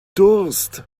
durst